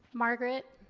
margaret,